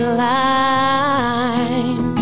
line